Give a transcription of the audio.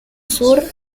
sur